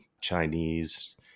Chinese